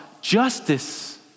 justice